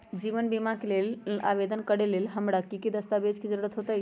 जीवन बीमा के लेल आवेदन करे लेल हमरा की की दस्तावेज के जरूरत होतई?